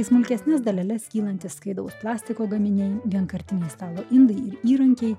į smulkesnes daleles kylantys skaidraus plastiko gaminiai vienkartiniai stalo indai įrankiai